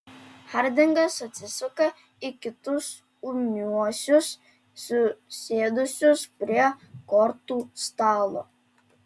hardingas atsisuka į kitus ūmiuosius susėdusius prie kortų stalo